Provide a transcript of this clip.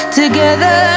together